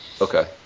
Okay